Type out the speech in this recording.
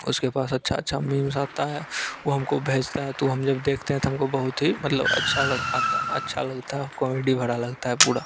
उसके पास अच्छा अच्छा मीम्स आता है वो हमको भेजता है तो उ हम जब देखते हैं त हमको बहुत ही मतलब अच्छा लगा आता अच्छा लगता है कॉमेडी भरा लगता है पूडरा